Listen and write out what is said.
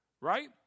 right